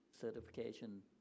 certification